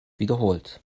wiederholt